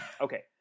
okay